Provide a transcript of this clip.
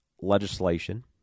legislation